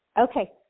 Okay